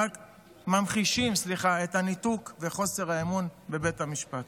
ממחישים את הניתוק וחוסר האמון בבית המשפט.